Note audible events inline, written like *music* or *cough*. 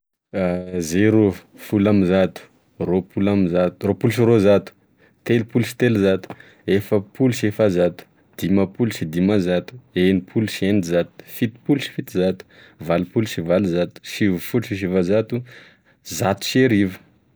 *hesitation* zero, foloamzato, ropolamzato- roapolo sy roazato, telopolo sy telozato, efapolo sy efazato, dimapolo sy dimazato, enipolo sy enizato, fitopolo sy fitozato, valopolo sy valozato, sivifolo sy sivazato, zatoserivo